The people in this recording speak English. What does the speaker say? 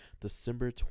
December